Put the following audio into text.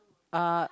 uh